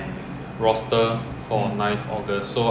which is what I shared with you just now